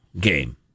game